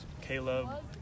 Caleb